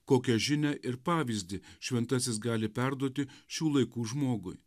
kokią žinią ir pavyzdį šventasis gali perduoti šių laikų žmogui